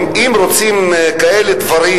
אם רוצים להעביר כאלה דברים,